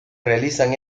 realizan